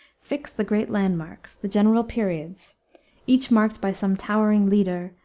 fix the great landmarks, the general periods each marked by some towering leader,